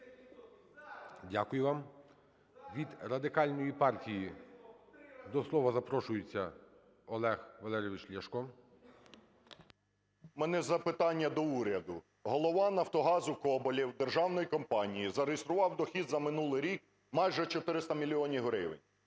Дякую вам. Від Радикальної партії до слова запрошується Олег Валерійович Ляшко. 10:31:44 ЛЯШКО О.В. У мене запитання до уряду. Голова "Нафтогазу" Коболєв державної компанії зареєстрував дохід за минулий рік майже 400 мільйонів гривень.